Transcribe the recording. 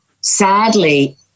sadly